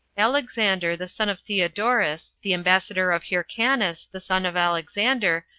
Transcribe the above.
alexander, the son of theodorus, the ambassador of hyrcanus, the son of alexander,